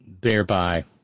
thereby